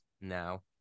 now